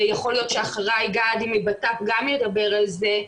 ויכול להיות שאחריי גד --- גם ידבר על זה,